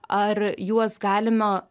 ar juos galima